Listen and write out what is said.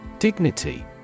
Dignity